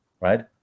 right